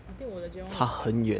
I think 我的 J one 会比较好